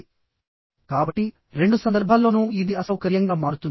కాబట్టి రెండు సందర్భాల్లోనూ ఇది అసౌకర్యంగా మారుతుంది